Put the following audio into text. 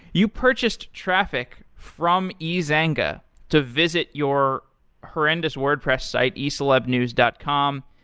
you purchased traffic from ezanga to visit your horrendous wordpress site ecelebnews dot com.